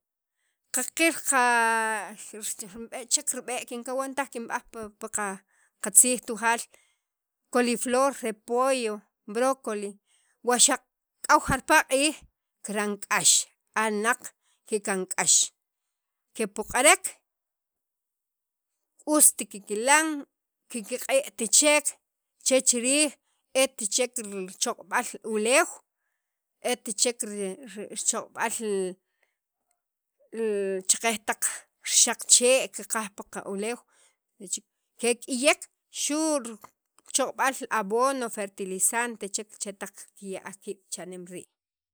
qaqil qa ri rib'e' che rib'e' kinkawan taj kinb'aj pil tziij tujaal coliflor, repollo, brócoli wa xaq'aw jarpala' q'iij kikb'an k'ax kira'an k'ax alnaq kika'n k'ax kepoq'rek ust kikilan kikiq'i't chek che chi riij et chek richoq'b'al li uleew et chek richoq'b'al li li cheqej taq xaq chee' kiqaj pi taq qauleew chi kek'iyek xu' choq'b'al abono fertilizante chek chetaq kikya'al kiib' cha'nem rii'.